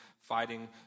fighting